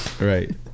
Right